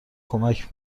کمک